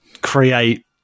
create